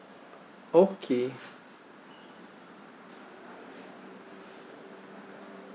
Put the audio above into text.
okay